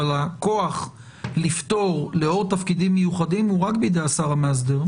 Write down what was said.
אבל הכוח לפטור לעוד תפקידים מיוחדים הוא רק בידי השר המאסדר.